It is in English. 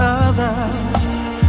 others